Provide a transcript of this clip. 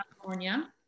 California